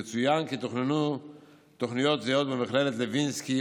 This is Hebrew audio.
יצוין כי תוכננו תוכניות זהות במכללת לוינסקי,